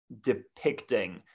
depicting